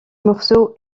morceau